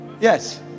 yes